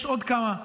יש עוד כמה.